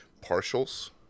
partials